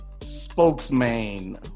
spokesman